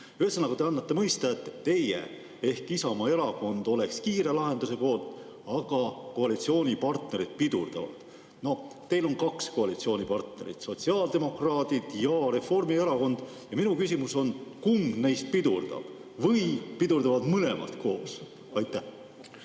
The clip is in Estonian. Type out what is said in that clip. Ühesõnaga, te annate mõista, et teie ehk Isamaa Erakond oleks kiire lahenduse poolt, aga koalitsioonipartnerid pidurdavad. Teil on kaks koalitsioonipartnerit: sotsiaaldemokraadid ja Reformierakond. Minu küsimus on: kumb neist pidurdab või pidurdavad mõlemad koos? Aitäh,